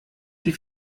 die